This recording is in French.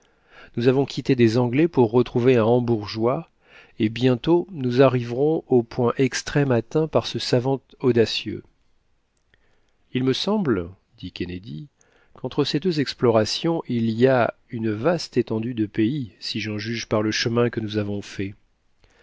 nous avons quitté des anglais pour retrouver un hambourgeois et bientôt nous arriverons au point extrême atteint par ce savant audacieux il me semble dit kennedy qu'entre ces deux explorations il y a une vaste étendue de pays si j'en juge par le chemin que nous avons fait